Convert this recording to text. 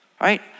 right